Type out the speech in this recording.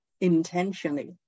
intentionally